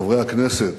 חברי הכנסת,